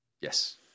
Yes